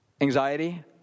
anxiety